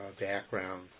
background